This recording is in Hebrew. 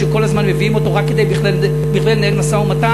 שכל הזמן מביאים אותו רק כדי לנהל משא-ומתן,